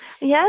yes